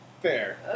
Fair